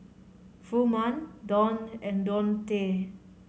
Furman Donn and Deontae